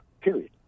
period